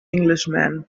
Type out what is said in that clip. englishman